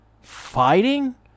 fighting